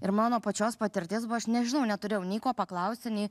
ir mano pačios patirtis buvo aš nežinau neturėjau nei ko paklausti nei